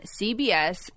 CBS